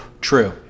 True